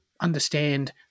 understand